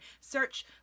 search